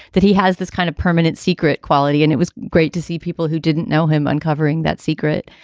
that he has this kind of permanent secret quality. and it was great to see people who didn't know him uncovering that secret.